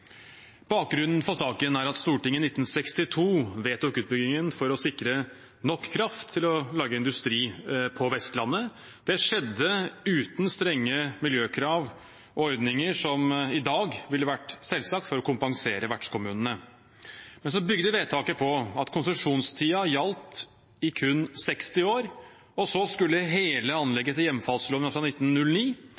Bakgrunnen for saken er at Stortinget i 1962 vedtok utbyggingen for å sikre nok kraft til å lage industri på Vestlandet. Det skjedde uten strenge miljøkrav – ordninger som i dag ville vært selvsagte, for å kompensere vertskommunene. Men så bygde vedtaket på at konsesjonstiden gjaldt i kun 60 år, og så skulle hele